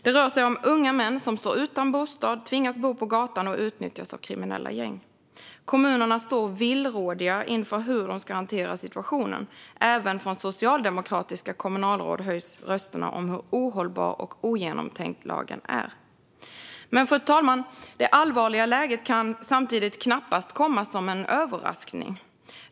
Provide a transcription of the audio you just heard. Det rör sig om unga män som står utan bostad, tvingas bo på gatan och utnyttjas av kriminella gäng. Kommunerna står villrådiga inför hur de ska hantera situationen. Även från socialdemokratiska kommunalråd höjs röster om hur ohållbar och ogenomtänkt lagen är. Men, fru talman, det allvarliga läget kan knappast komma som någon överraskning.